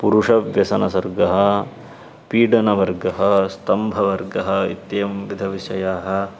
पुरुषव्यसनसर्गः पीडनवर्गः स्तम्भवर्गः इत्येवं विविधाः विषयाः